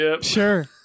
Sure